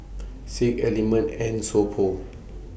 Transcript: Schick Element and So Pho